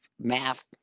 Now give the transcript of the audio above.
math